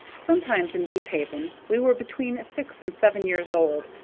sometimes in deephaven we were between six and seven years old,